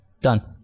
Done